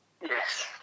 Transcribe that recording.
Yes